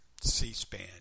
C-SPAN